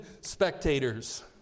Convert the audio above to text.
spectators